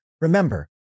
remember